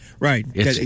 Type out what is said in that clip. Right